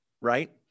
right